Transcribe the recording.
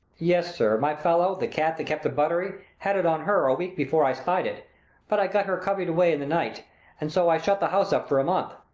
yes, sir, my fellow, the cat that kept the buttery, had it on her a week before i spied it but i got her convey'd away in the night and so i shut the house up for a month